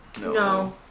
No